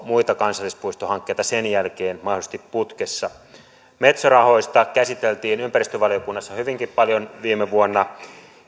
muita kansallispuistohankkeita sen jälkeen mahdollisesti putkessa metso rahoitusta käsiteltiin ympäristövaliokunnassa hyvinkin paljon viime vuonna